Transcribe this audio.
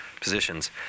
positions